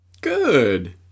Good